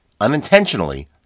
unintentionally